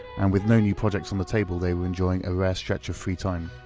and with no new projects on the table, they were enjoying a rare stretch of free time.